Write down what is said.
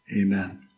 Amen